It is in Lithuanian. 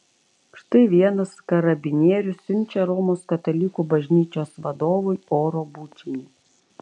štai vienas karabinierius siunčia romos katalikų bažnyčios vadovui oro bučinį